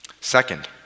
Second